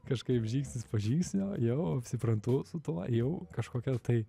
kažkaip žingsnis po žingsnio jau apsiprantu su tuo jau kažkokia tai